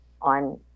on